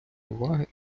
уваги